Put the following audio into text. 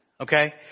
okay